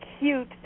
cute